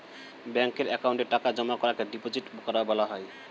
ব্যাঙ্কের অ্যাকাউন্টে টাকা জমা করাকে ডিপোজিট করা বলা হয়